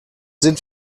sind